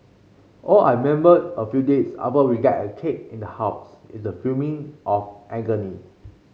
all I member a few days after we get a cake in the house is the of agony